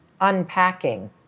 unpacking